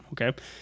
okay